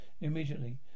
immediately